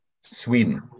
Sweden